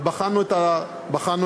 ובחנו את הדברים,